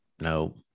no